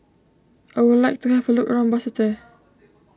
I would like to have a look around Basseterre